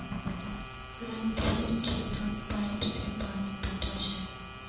रणधीर खेतत पाईप स पानी पैटा छ